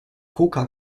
coca